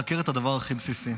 אונר"א מעקר את הדבר הכי בסיסי,